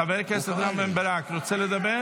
חבר הכנסת רם בן ברק, רוצה לדבר?